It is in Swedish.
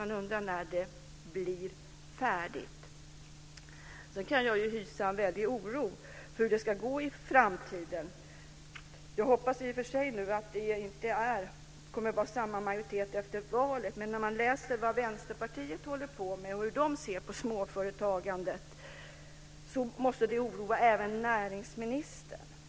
Man undrar när det blir färdigt. Sedan kan jag hysa en väldig oro för hur det ska gå i framtiden. Jag hoppas i och för sig att det inte kommer att vara samma majoritet efter valet. Men när man läser vad de i Vänsterpartiet håller på med och hur de ser på småföretagandet, måste det oroa även näringsministern.